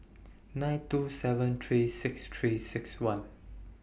nine two seven three six three six one